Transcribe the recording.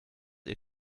ihr